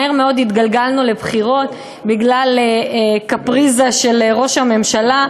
מהר מאוד התגלגלנו לבחירות בגלל קפריזה של ראש הממשלה,